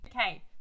okay